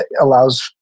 allows